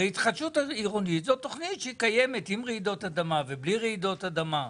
הרי התחדשות עירונית קיימת עם רעידות אדמה ובלי רעידות אדמה.